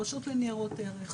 הרשות לניירות ערך.